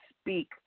speak